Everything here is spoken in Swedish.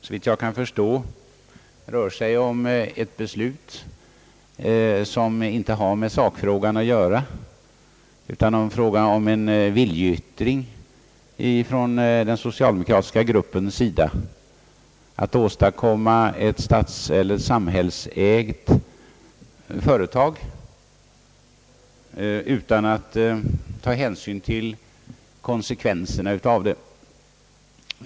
Såvitt jag kan förstå rör det sig här om ett beslut som inte har med sakfrågan att göra. Det är snarare fråga om en viljeyttring från den socialdemokratiska gruppens sida att åstadkomma ett samhällsägt företag utan att ta hänsyn till konsekvenserna därav.